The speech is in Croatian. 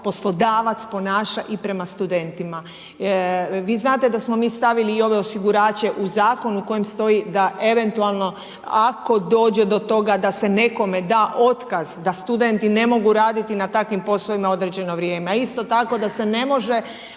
poslodavac ponaša i prema studentima. Vi znate da smo mi stavili i ove osigurače u zakon u kojem stoji da eventualno ako dođe do toga da se nekome da otkaz, da studenti ne mogu raditi na takvim poslovima određeno vrijeme a isto tako da se ne može